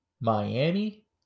Miami